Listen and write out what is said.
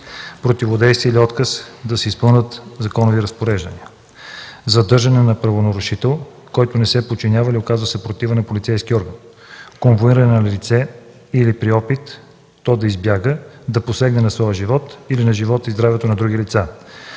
противодействие или отказ да се изпълнят законови разпореждания; задържане на правонарушител, който не се подчинява или оказва съпротива на полицейски орган; конвоиране на лице или при опит то да избяга, да посегне на своя живот или на живота и здравето на други лица;